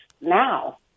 now